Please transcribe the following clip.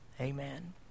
Amen